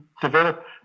develop